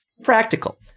practical